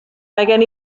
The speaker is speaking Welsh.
gen